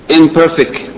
imperfect